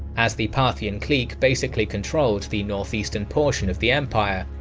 as the parthian clique basically controlled the northeastern portion of the empire,